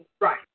Right